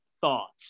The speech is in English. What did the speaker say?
thoughts